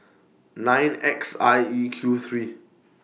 nine X I E Q three